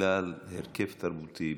בגלל הרכב תרבותי,